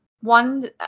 one